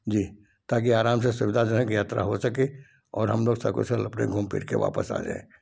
जी ताकि आराम से सुविधाजनक यात्रा हो सके और हमलोग सकुशल अपने घूम फिर कर वापस आ जाएं